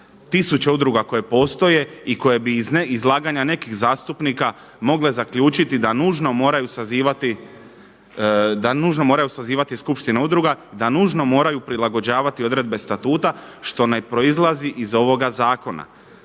tisuće udruga koje postoje i koje bi iz izlaganja nekih zastupnika mogle zaključiti da nužno moraju sazivati skupštinu udruga, da nužno moraju prilagođavati odredbe statuta što ne proizlazi iz ovoga zakona.